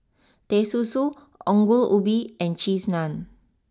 Teh Susu Ongol Ubi and Cheese Naan